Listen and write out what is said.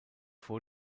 vor